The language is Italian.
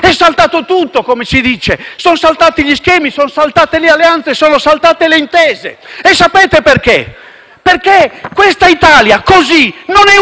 È saltato tutto, come si dice; sono saltati gli schemi, sono saltate le alleanze, sono saltate le intese e sapete perché? Perché questa Europa, così, non è utile